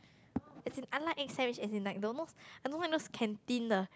as in I like egg sandwich as in like tho~ I don't like those canteen the